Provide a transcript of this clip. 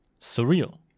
Surreal